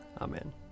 Amen